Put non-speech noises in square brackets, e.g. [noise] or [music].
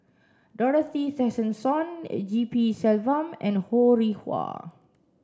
Dorothy Tessensohn [unintelligible] G P Selvam and Ho Rih Hwa